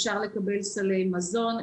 אפשר לקבל סלי מזון,